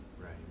Right